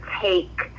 take